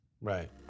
Right